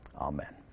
Amen